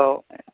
അതോ